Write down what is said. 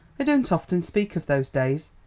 i don't often speak of those days,